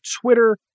Twitter